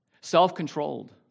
self-controlled